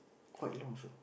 quite long also